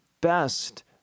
best